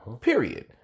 period